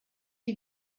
die